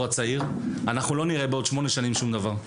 הצעיר אנחנו לא נראה בעוד שמונה שנים שום דבר.